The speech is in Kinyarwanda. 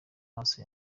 maso